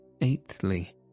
Eighthly